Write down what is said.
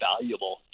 valuable